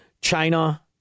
China